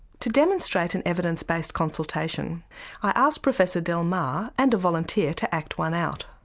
to demonstrate an evidence based consultation i asked professor del mar and a volunteer to act one out.